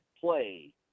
play